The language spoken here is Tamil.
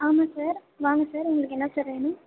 ஆமாம் சார் வாங்க சார் உங்களுக்கு என்ன சார் வேணும்